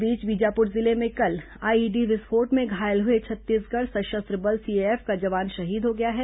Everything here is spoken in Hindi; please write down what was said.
इस बीच बीजापुर जिले में कल आईईडी विस्फोट में घायल हुए छत्तीसगढ़ सशस्त्र बल सीएएफ का जवान शहीद हो गया है